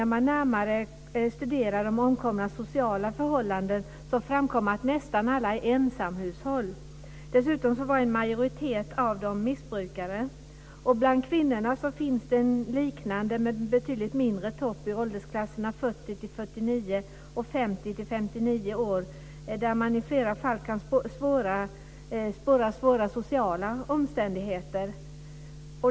När man närmare studerar de omkomnas sociala förhållanden framkommer att nästan alla är ensamhushåll. Dessutom var en majoritet av dem missbrukare. Bland kvinnorna finns en liknande men betydligt mindre topp i åldersklasserna 40-49 och 50-59 år. I flera fall kan man där spåra svåra sociala omständigheter.